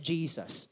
Jesus